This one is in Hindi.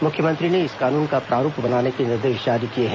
मुख्यमंत्री ने इस कानून का प्रारूप बनाने के निर्देश जारी किए हैं